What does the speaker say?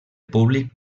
públic